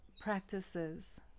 practices